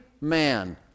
man